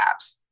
apps